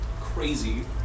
crazy